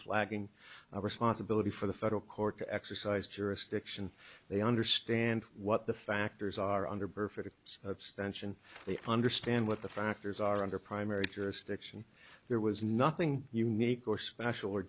unflagging responsibility for the federal court to exercise jurisdiction they understand what the factors are under burford stanch and they understand what the factors are under primary jurisdiction there was nothing unique or special or